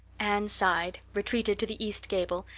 anne sighed, retreated to the east gable,